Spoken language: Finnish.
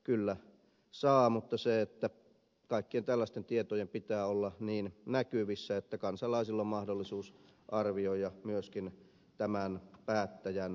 kyllä saa mutta kaikkien tällaisten tietojen pitää olla niin näkyvissä että kansalaisilla on mahdollisuus arvioida myöskin tämän päättäjän riippumattomuutta